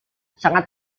sangat